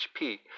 HP